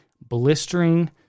blistering